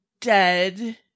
dead